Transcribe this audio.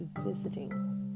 visiting